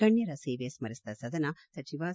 ಗಣ್ಣರ ಸೇವೆ ಸ್ವರಿಸಿದ ಸದನ ಸಚಿವ ಸಿ